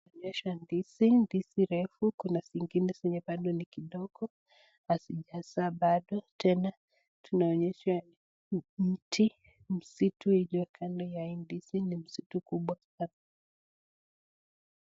Inaonyesha ndizi, ndizi refu ,kuna zingine bado ni kidogo hazijazaa bado, tena tunaonyeshwa mti, msitu iliyokando ya hii ndizi ni msitu kubwa sana.